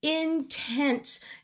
intense